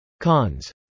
Cons